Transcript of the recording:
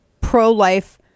pro-life